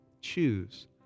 choose